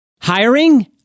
Hiring